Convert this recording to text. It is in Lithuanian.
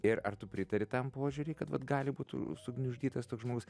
ir ar tu pritari tam požiūriui kad vat gali būtų sugniuždytas toks žmogus